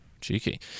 Cheeky